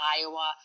Iowa